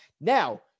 Now